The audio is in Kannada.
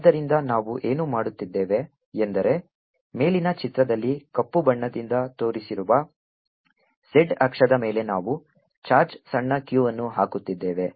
ಆದ್ದರಿಂದ ನಾವು ಏನು ಮಾಡುತ್ತಿದ್ದೇವೆ ಎಂದರೆ ಮೇಲಿನ ಚಿತ್ರದಲ್ಲಿ ಕಪ್ಪು ಬಣ್ಣದಿಂದ ತೋರಿಸಿರುವ z ಅಕ್ಷದ ಮೇಲೆ ನಾವು ಚಾರ್ಜ್ ಸಣ್ಣ q ಅನ್ನು ಹಾಕುತ್ತಿದ್ದೇವೆ